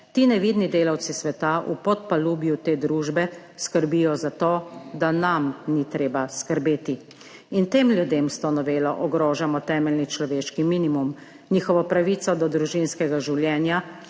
ti nevidni delavci sveta v podpalubju te družbe skrbijo za to, da nam ni treba skrbeti. In tem ljudem s to novelo ogrožamo temeljni človeški minimum, njihovo pravico do družinskega življenja,